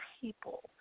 people